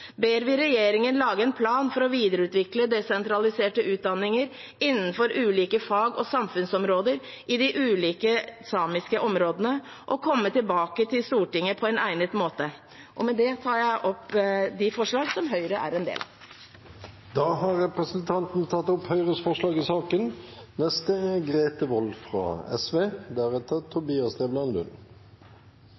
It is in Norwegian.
ber vi regjeringen lage en plan for å videreutvikle desentraliserte utdanninger innenfor ulike fag og samfunnsområder i de ulike samiske områdene, og komme tilbake til Stortinget på en egnet måte. Med det tar jeg opp det forslaget Høyre er en del av. Representanten Anne Kristine Linnestad har tatt opp det forslaget hun refererte til. Meldingen vi skal behandle i